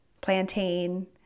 plantain